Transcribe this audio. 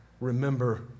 remember